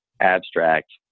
abstract